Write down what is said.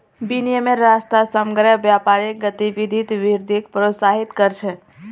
विनिमयेर रास्ता समग्र व्यापारिक गतिविधित वृद्धिक प्रोत्साहित कर छे